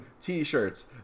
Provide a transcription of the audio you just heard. T-shirts